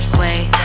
wait